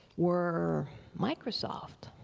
were microsoft,